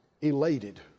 elated